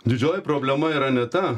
didžioji problema yra ne ta